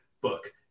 book